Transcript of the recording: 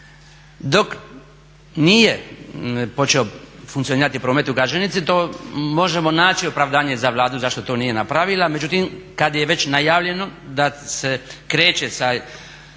Dok nije počeo funkcionirati promet u Gaženici to možemo naći opravdanje za Vladu zašto to nije napravila, međutim kada je već najavljeno da se kreće sa